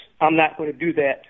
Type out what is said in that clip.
I'm-not-going-to-do-that